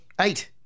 Eight